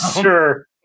Sure